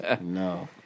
no